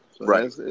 Right